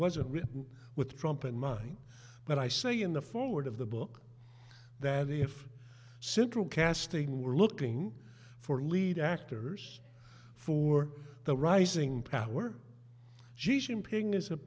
wasn't written with trump and mine but i say in the forward of the book that if central casting were looking for lead actors for the rising power